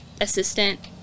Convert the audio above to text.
assistant